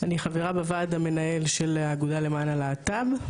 אני חברה בוועד המנהל של האגודה למען הלהט"ב.